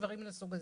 דברים מן הסוג הזה.